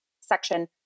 section